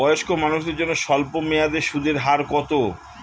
বয়স্ক মানুষদের জন্য স্বল্প মেয়াদে সুদের হার কত?